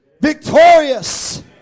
victorious